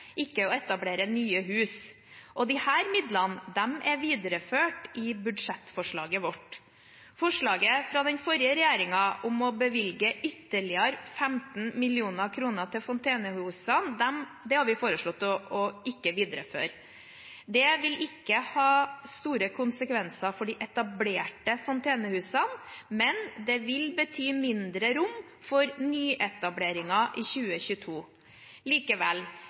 ikke å etablere nye hus. Disse midlene er videreført i budsjettforslaget vårt. Forslaget fra den forrige regjeringen om å bevilge ytterligere 15 mill. kr til fontenehusene har vi foreslått å ikke videreføre. Det vil ikke ha store konsekvenser for de etablerte fontenehusene, men det vil bety mindre rom for nyetableringer i 2022. Likevel: